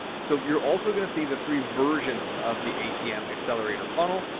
so you're also going to see the three versions of the atm accelerator funnel.